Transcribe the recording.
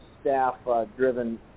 staff-driven